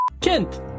Kent